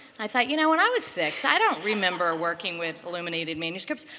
i thought, you know, when i was six i don't remember working with illuminative manuscripts.